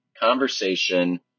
conversation